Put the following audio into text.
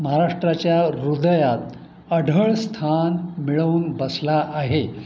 महाराष्ट्राच्या हृदयात अढळ स्थान मिळवून बसला आहे